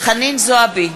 חנין זועבי,